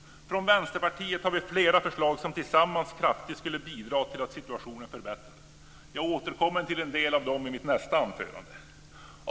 Från Vänsterpartiet har vi flera förslag som tillsammans kraftigt skulle bidra till att situationen förbättrades. Jag återkommer till en del av dem i mitt nästa anförande.